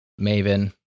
maven